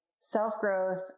self-growth